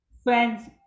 Friends